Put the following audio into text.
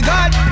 God